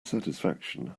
satisfaction